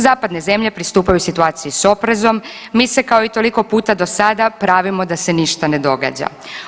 Zapadne zemlje pristupaju situaciji s oprezom, mi se kao i toliko puta do sada pravimo da se ništa ne događa.